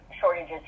shortages